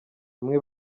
bamwe